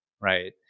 right